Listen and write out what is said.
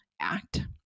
act